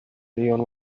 neon